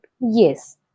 Yes